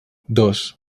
dos